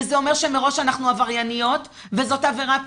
וזה אומר שמראש אנחנו עברייניות וזאת עבירה פלילית.